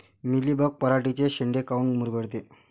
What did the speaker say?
Mealybug पराटीचे चे शेंडे काऊन मुरगळते?